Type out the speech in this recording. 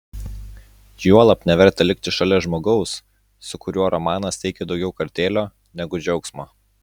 juolab neverta likti šalia žmogaus su kuriuo romanas teikia daugiau kartėlio negu džiaugsmo